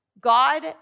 God